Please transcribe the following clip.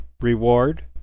reward